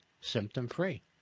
symptom-free